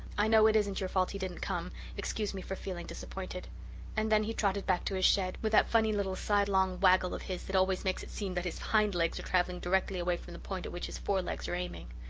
i know it isn't your fault he didn't come excuse me for feeling disappointed and then he trotted back to his shed, with that funny little sidelong waggle of his that always makes it seem that his hind legs are travelling directly away from the point at which his forelegs are aiming.